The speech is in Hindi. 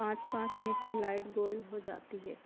पाँच पाँच मिनट में लाइट गोल हो जाती है